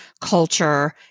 culture